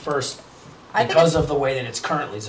first i thought was of the way that it's currently